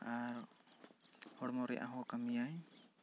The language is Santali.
ᱟᱨ ᱦᱚᱲᱢᱚ ᱨᱮᱭᱟᱜ ᱦᱚᱸ ᱠᱟᱹᱢᱤᱭᱟᱭ